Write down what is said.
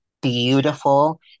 beautiful